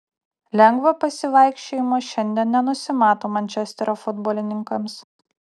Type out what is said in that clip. lengvo pasivaikščiojimo šiandien nenusimato mančesterio futbolininkams